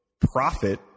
profit